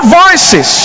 voices